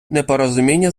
непорозуміння